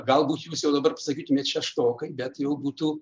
galbūt jūs jau dabar pasakytumėe šeštokai bet jau būtų